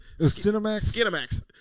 Cinemax